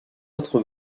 autre